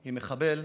עם מחבל,